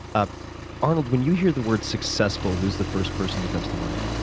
ah arnold, when you hear the word successful, who is the first person who comes to mind?